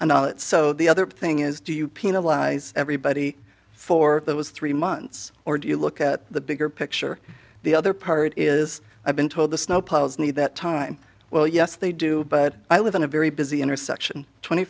and so the other thing is do you penalize everybody for those three months or do you look at the bigger picture the other part is i've been told the snow plows need that time well yes they do but i live in a very busy intersection twenty